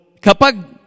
kapag